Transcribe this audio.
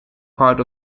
parts